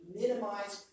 minimize